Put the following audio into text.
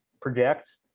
project